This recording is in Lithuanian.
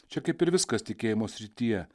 čia kaip ir viskas tikėjimo srityje